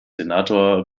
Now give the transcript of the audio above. senator